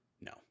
No